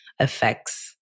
effects